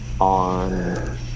on